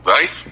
Right